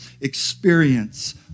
experience